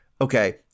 okay